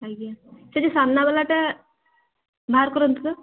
ଆଜ୍ଞା ସେଠି ସାମ୍ନା ୱାଲାଟା ବାହାର କରନ୍ତୁ ତ